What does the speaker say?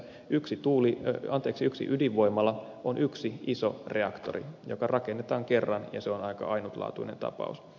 yksi ydinvoimala on yksi iso reaktori joka rakennetaan kerran ja on aika ainutlaatuinen tapaus